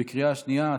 בקריאה שנייה.